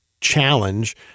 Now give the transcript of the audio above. challenge